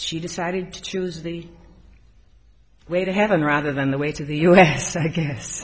she decided to choose the way to heaven rather than the way to the u s i guess